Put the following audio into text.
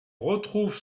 retrouve